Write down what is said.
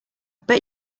bet